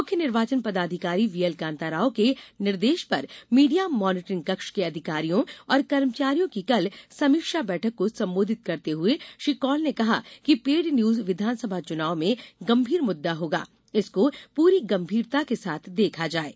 मुख्य निर्वाचन पदाधिकारी वीएल कान्ता राव के निर्देश पर मीडिया मॉनीटरिंग कक्ष के अधिकारियों और कर्मचारियों की कल समीक्षा बैठक को संबोधित करते हुए श्री कौल ने कहा कि पेड न्यूज विधानसभा चुनाव में गंभीर मुद्दा होगा इसको पूरी गंभीरता के साथ देखा जाये